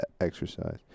exercise